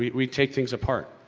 we, we take things apart.